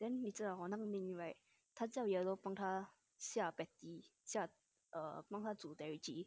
then 你知道 hor 那个 min min right 她叫 yellow 帮她下 patty 下 err 帮她煮 therachi